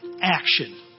action